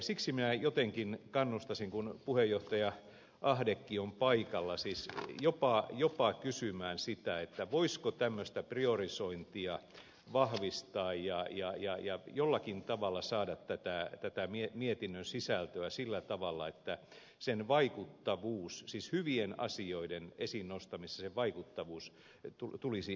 siksi minä jotenkin kannustaisin kun puheenjohtaja ahdekin on paikalla jopa kysymään sitä voisiko tämmöistä priorisointia vahvistaa ja jollakin tavalla saada tätä mietinnön sisältöä esille sillä tavalla että sen vaikuttavuus siis hyvien asioiden esiin nostamisessa sen vaikuttavuus tulisi vahvistumaan